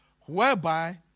whereby